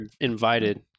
invited